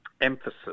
emphasis